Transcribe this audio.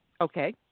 Okay